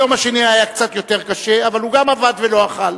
היום השני היה קצת יותר קשה אבל הוא גם עבד ולא אכל.